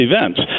events